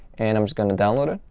and i'm just going to download it.